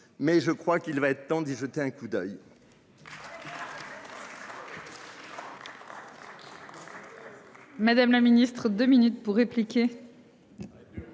Mais je crois qu'il va être temps d'y jeter un coup d'oeil.